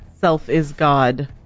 self-is-God